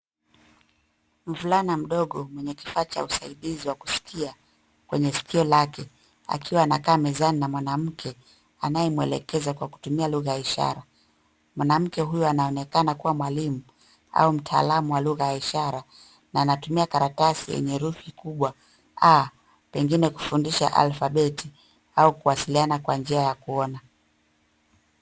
Mvulana mdogo mwenye kifaa cha usaidizi wa kusikia kwenye sikio lake akiwa anakaa mezani na mwanamke anayemwelekeza kwa kutumia lugha ya ishara. Mwanamke huyu anaonekana kuwa mwalimu au mtaalamu wa lugha ya ishara na anatumia karatasi kubwa lenye herufi kubwa A pengine kufundisha alfabeti au kuwasiliana kwa njia ya kuona.